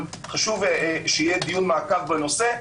חשוב שיהיה דיון מעקב בנושא.